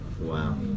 Wow